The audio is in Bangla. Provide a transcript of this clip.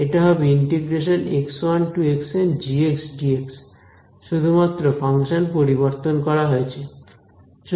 এটা হবে g dx শুধুমাত্র ফাংশন পরিবর্তন করা হয়েছে